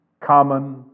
common